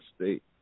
state